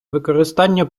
використання